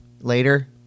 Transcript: later